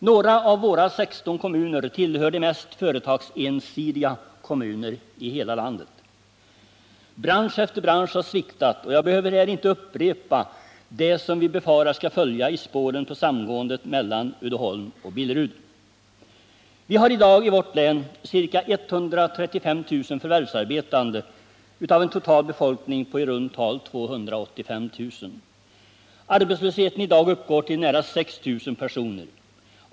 Några av våra 16 kommuner tillhör de mest företagsensidiga kommunerna i hela landet. Bransch efter bransch har sviktat, och jag behöver här inte upprepa det som vi befarar skall följa i spåren på samgåendet mellan Uddeholm och Billerud. Vi hari dag i vårt län ca 135 000 förvärvsarbetande av en total befolkning på runt 285 000. Arbetslösheten i dag uppgår till nära 6 000 personer.